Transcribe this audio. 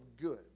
good